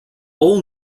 all